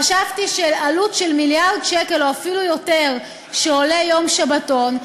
חשבתי שעלות של מיליארד שקל או אפילו יותר שעולה יום שבתון,